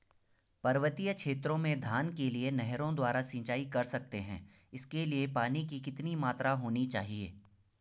पर्वतीय क्षेत्रों में धान के लिए नहरों द्वारा सिंचाई कर सकते हैं इसके लिए पानी की कितनी मात्रा होनी चाहिए?